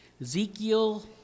Ezekiel